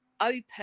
open